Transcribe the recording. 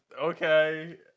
Okay